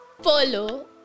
follow